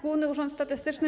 Główny Urząd Statystyczny.